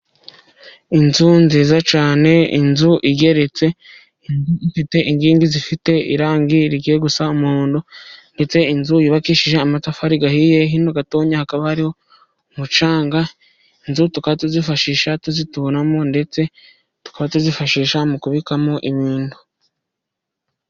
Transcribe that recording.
Inzu nziza cyane, inzu igeretse ifite inkigi zifite irangi rigiye gusa umuhodo, ndetse inzu yubakishije amatafari ahiye. Hino gatoya hakaba hariho umucanga. Inzu tukaba tuzifashisha tuzituramo, ndetse tukaba tuzifashisha mu kubikamo ibintu.